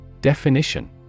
Definition